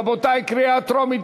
רבותי, קריאה טרומית.